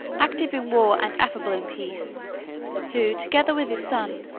active in war and affable in peace who, together with his son,